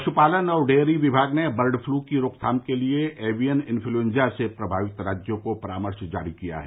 पशुपालन और डेयरी विभाग ने बर्ड फलू की रोकथाम के लिए एवियन इन्फ्लूएन्जा से प्रभावित राज्यों को परामर्श जारी किया है